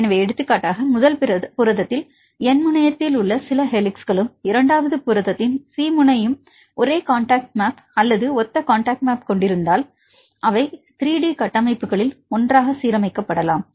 எனவே எடுத்துக்காட்டாக முதல் புரதத்தில் N முனையத்தில் சில ஹெலிக்ஸ்களும் இரண்டாவது புரதத்தின் C முனையம் ஒரே காண்டாக்ட் மேப் அல்லது ஒத்த காண்டாக்ட் மேப் கொண்டிருந்தால் அவை 3 டி கட்டமைப்புகளில் ஒன்றாக சீரமைக்கப்படலாம்